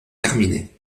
terminé